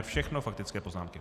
Všechno faktické poznámky.